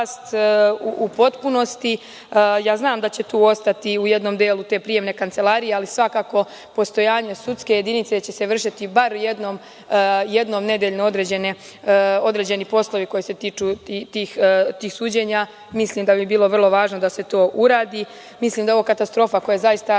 u potpunosti. Znam da će tu ostati, u jednom delu te prijemne kancelarije, ali svakako postojanje sudske jedinice će se vršiti bar jednom nedeljno, određeni poslovi koji se tiču tih suđenja. Mislim da bi bilo vrlo važno da se to uradi. Mislim da je ovo katastrofa, koja je snašla